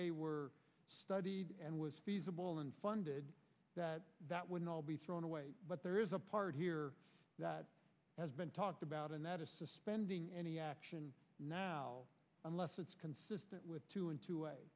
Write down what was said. a were studied and was feasible and funded that that would all be thrown away but there is a part here that has been talked about and that is suspending any action now unless it's consistent with two